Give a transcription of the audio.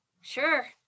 Sure